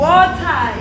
Water